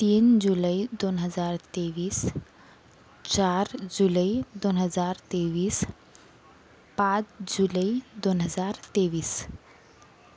तीन जुलै दोन हजार तेवीस चार जुलै दोन हजार तेवीस पाच जुलै दोन हजार तेवीस